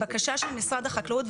הבקשה של משרד החקלאות,